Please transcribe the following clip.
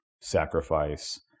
sacrifice